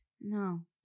no